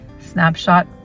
snapshot